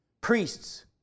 Priests